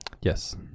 yes